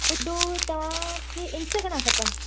ॿुधो तव्हांखे इन्स्टाग्राम खपनि